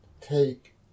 take